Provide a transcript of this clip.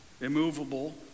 immovable